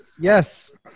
Yes